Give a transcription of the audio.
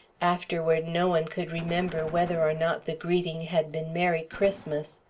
afterward, no one could remember whether or not the greeting had been merry christmas,